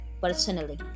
personally